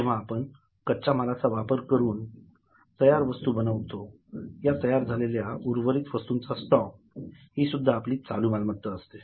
जेंव्हा आपण कच्च्या मालाचा वापर करुन तयार वस्तू बनवतो या तयारझालेल्याउर्वरित वस्तूंचा स्टॉक सुद्धा आपली चालू मालमत्ता असते